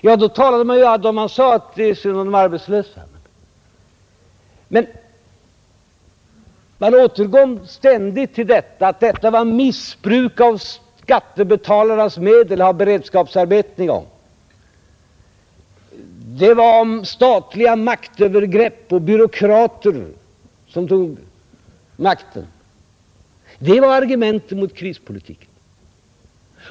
Ja, man sade att det var synd om de arbetslösa, men man återkom ständigt till att det var missbruk med skattebetalarnas medel att ha beredskapsarbeten i gång. Man talade om statliga maktövergrepp och om byråkrater som tog makten. Det var argumenten mot krispolitiken.